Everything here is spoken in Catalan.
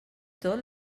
tot